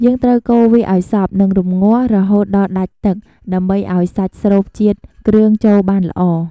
យើងត្រូវកូរវាឱ្យសព្វ និងរម្ងាស់រហូតដល់ដាច់ទឹក ដើម្បីឱ្យសាច់ស្រូបជាតិគ្រឿងចូលបានល្អ។